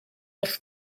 eich